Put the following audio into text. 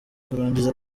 kurangiza